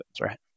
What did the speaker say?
right